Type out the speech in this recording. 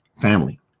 family